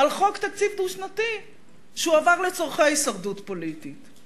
על חוק תקציב דו-שנתי שהועבר לצורכי הישרדות פוליטית.